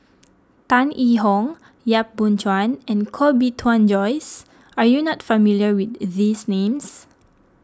Tan Yee Hong Yap Boon Chuan and Koh Bee Tuan Joyce are you not familiar with these names